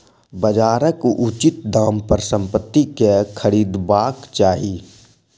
बजारक उचित दाम पर संपत्ति के खरीदबाक चाही